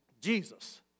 Jesus